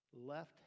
left